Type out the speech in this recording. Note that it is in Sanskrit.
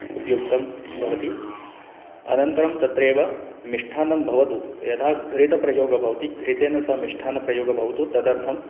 उपयुक्तं भवति अनन्तरं तत्रैव मिष्टान्नं भवतु यथा घृतप्रयोगः भवति घृतेन सह मिष्टान्नप्रयोगः भवतु तदर्थं